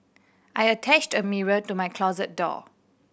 I attached a mirror to my closet door